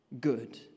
good